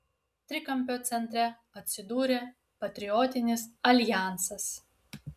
trikampio centre atsidūrė patriotinis aljansas